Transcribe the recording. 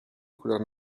couleurs